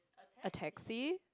a taxi